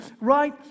right